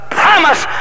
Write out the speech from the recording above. promise